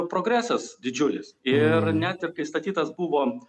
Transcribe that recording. progresas didžiulis ir net ir kai statytas buvo